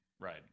right